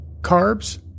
carbs